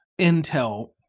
intel